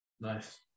Nice